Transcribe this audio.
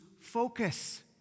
focus